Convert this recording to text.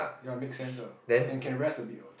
ya make sense ah can rest a bit what